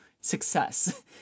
success